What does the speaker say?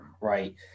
right